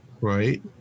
Right